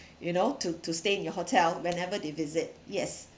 you know to to stay in your hotel whenever they visit yes